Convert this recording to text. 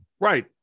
Right